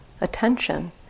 attention